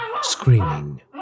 screaming